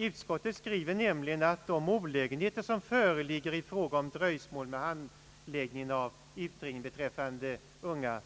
Utskottet skriver nämligen att de olägenheter som föreligger i fråga om dröjsmål med handläggningen av utredningen beträffande unga